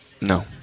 No